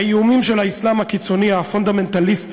האיומים של האסלאם הקיצוני הפונדמנטליסטי,